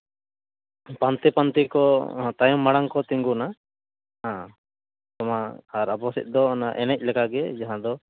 ᱯᱟᱱᱛᱮᱼᱯᱟᱱᱛᱮ ᱠᱚ ᱛᱟᱭᱚᱢ ᱢᱟᱲᱟᱝ ᱠᱚ ᱛᱤᱸᱜᱩᱱᱟ ᱦᱟᱸ ᱟᱨ ᱟᱵᱚ ᱥᱮᱫ ᱫᱚ ᱚᱱᱟ ᱮᱱᱮᱡ ᱞᱮᱠᱟ ᱜᱮ ᱡᱟᱦᱟᱸ ᱫᱚ